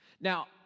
Now